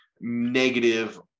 negative